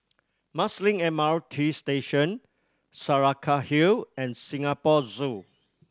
Marsiling M R T Station Saraca Hill and Singapore Zoo